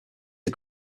are